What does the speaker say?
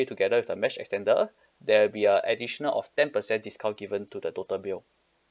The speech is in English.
together with the mesh extender there will be a additional of ten percent discount given to the total bill